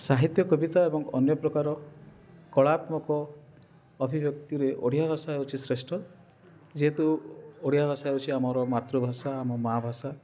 ସାହିତ୍ୟ କବିତା ଏବଂ ଅନ୍ୟପ୍ରକାର କଳାତ୍ମକ ଅଭିବ୍ୟକ୍ତିରେ ଓଡ଼ିଆ ଭାଷା ହେଉଛି ଶ୍ରେଷ୍ଠ ଯେହେତୁ ଓଡ଼ିଆ ଭାଷା ହେଉଛି ଆମର ମାତୃଭାଷା ଆମ ମାଁ ଭାଷା